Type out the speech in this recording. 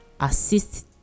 assist